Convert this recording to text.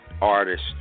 artist